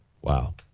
Wow